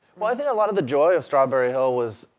well, i think a lot of the joy of strawberry hill was,